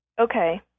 Okay